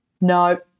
no